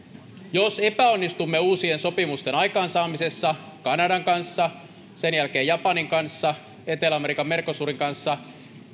jos epäonnistumme uusien sopimusten aikaansaamisessa kanadan kanssa sen jälkeen japanin kanssa etelä amerikan mercosurin kanssa